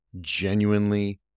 genuinely